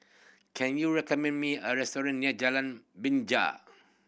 can you recommend me a restaurant near Jalan Binja